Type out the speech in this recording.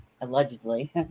allegedly